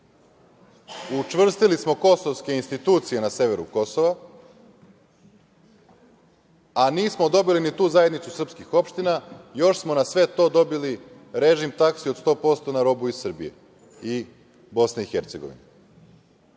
učvrstili smo kosovske institucije na severu Kosova, a nismo dobili ni tu zajednicu srpskih opština i još smo na sve to dobili režim taksi od 100% na robu iz Srbije i Bosne i Hercegovine.